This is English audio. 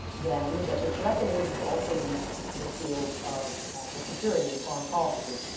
then, that this reckoning has also reached the field of national security and foreign policy.